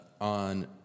on